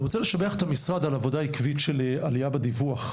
אני רוצה לשבח את המשרד על עבודה עקבית של עלייה בדיווח.